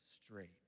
straight